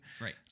Right